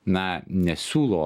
na nesiūlo